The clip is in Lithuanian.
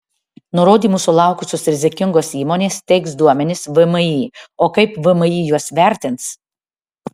nurodymų sulaukusios rizikingos įmonės teiks duomenis vmi o kaip vmi juos vertins